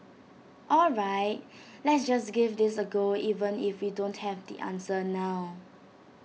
all right let's just give this A go even if we don't have the answer now